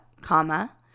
comma